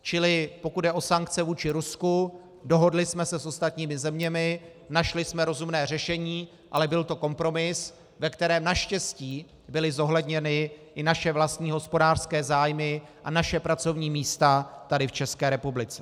Čili pokud jde o sankce vůči Rusku, dohodli jsme se s ostatními zeměmi, našli jsme rozumné řešení, ale byl to kompromis, ve kterém naštěstí byly zohledněny i naše vlastní hospodářské zájmy a naše pracovní místa tady v České republice.